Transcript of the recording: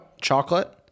chocolate